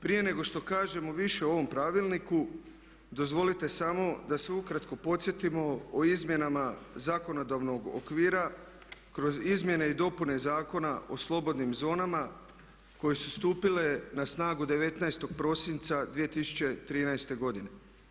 Prije nego što kažemo više o ovom Pravilniku dozvolite samo da se ukratko podsjetimo o izmjenama zakonodavnog okvira kroz izmjene i dopune Zakona o slobodnim zonama koje su stupile na snagu 19. prosinca 2013. godine.